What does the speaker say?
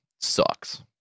Sucks